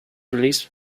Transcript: release